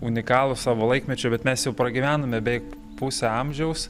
unikalūs savo laikmečiu bet mes jau pragyvenome beveik pusę amžiaus